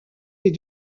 les